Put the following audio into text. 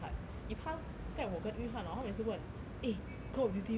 if 他 skype 我跟 yu han hor 他每次问 eh call of duty 要不要